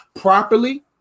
properly